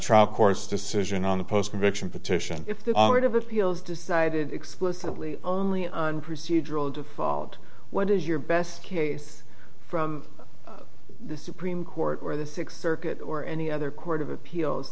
trial course decision on the post conviction petition if the right of appeals decided exclusively only on procedural default what is your best case from the supreme court or the sixth circuit or any other court of appeals